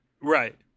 Right